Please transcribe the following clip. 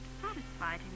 satisfied